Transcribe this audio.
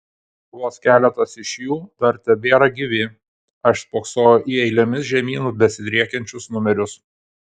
vos keletas iš jų dar tebėra gyvi aš spoksojau į eilėmis žemyn besidriekiančius numerius